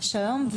שלום.